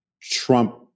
Trump